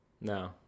No